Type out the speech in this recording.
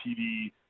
TV